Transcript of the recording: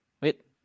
wait